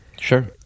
Sure